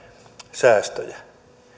säästöjä